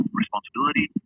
responsibility